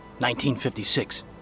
1956